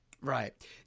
right